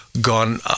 gone